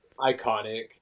iconic